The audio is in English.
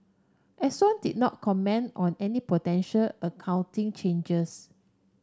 Exxon did not comment on any potential accounting changes